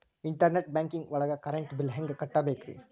Internet banking ಒಳಗ್ current bill ಹೆಂಗ್ ಕಟ್ಟ್ ಬೇಕ್ರಿ?